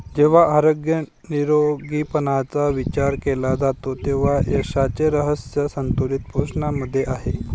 जेव्हा आरोग्य निरोगीपणाचा विचार केला जातो तेव्हा यशाचे रहस्य संतुलित पोषणामध्ये आहे